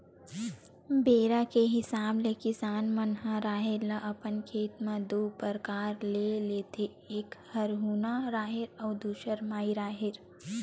बेरा के हिसाब ले किसान मन ह राहेर ल अपन खेत म दू परकार ले लेथे एक हरहुना राहेर अउ दूसर माई राहेर